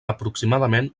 aproximadament